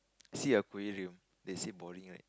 Sea Aquarium they said boring right